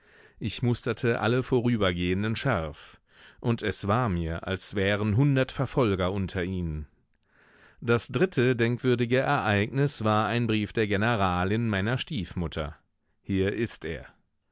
ich musterte alle vorübergehenden scharf und es war mir als wären hundert verfolger unter ihnen das dritte denkwürdige ereignis war ein brief der generalin meiner stiefmutter hier ist er